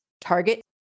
Target